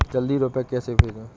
जल्दी रूपए कैसे भेजें?